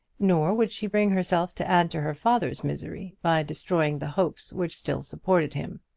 nor would she bring herself to add to her father's misery, by destroying the hopes which still supported him.